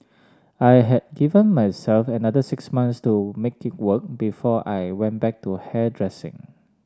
I had given myself another six months to make it work before I went back to hairdressing